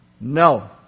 No